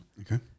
Okay